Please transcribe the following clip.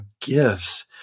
gifts